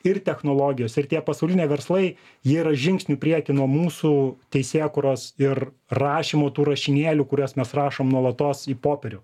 ir technologijos ir tie pasauliniai verslai jie yra žingsniu prieky nuo mūsų teisėkūros ir rašymo tų rašinėlių kuriuos mes rašom nuolatos į popierių